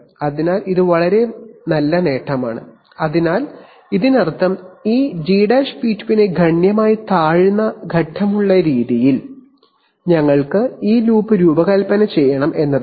അതിനാൽ ഇത് വളരെ നല്ല നേട്ടമാണ് അതിനാൽ ഇതിനർത്ഥം ഈ Gp2 ന് ഗണ്യമായി താഴ്ന്ന ഘട്ടമുള്ള രീതിയിൽ ഞങ്ങൾ ഈ ലൂപ്പ് രൂപകൽപ്പന ചെയ്യണം എന്നാണ്